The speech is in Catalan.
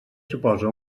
suposa